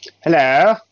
Hello